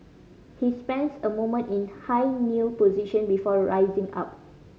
he spends a moment in high kneel position before rising up